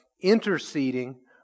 interceding